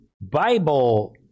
Bible